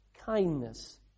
kindness